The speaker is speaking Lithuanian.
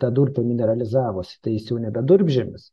ta durpių mineralizavosi tai jis jau nebe durpžemis